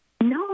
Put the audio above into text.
No